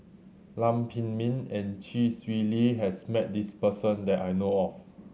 Lam Pin Min and Chee Swee Lee has met this person that I know of